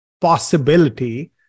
possibility